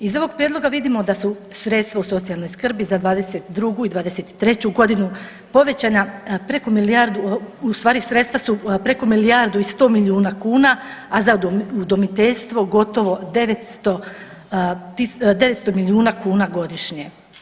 Iz ovog prijedloga vidimo da su sredstva u socijalnoj skrbi za '22. i '23.g. povećana preko milijardu, u stvari sredstva su preko milijardu i 100 milijuna kuna, a za udomiteljstvo gotovo 900 milijuna kuna godišnje.